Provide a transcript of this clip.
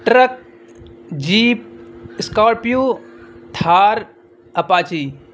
truck jeep scorpio Thar apache